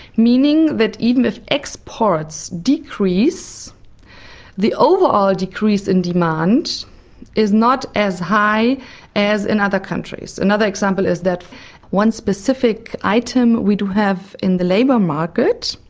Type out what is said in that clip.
meaning that even if exports decrease the overall decrease in demand is not as high as in other countries. another example is that one specific item we do have in the labour market,